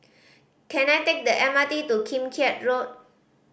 can I take the M R T to Kim Keat Road